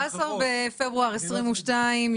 14 בפברואר 2022,